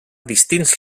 distints